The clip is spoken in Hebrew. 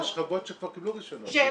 חוות שכבר קיבלו רישיונות.